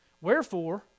Wherefore